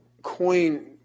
coin